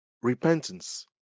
repentance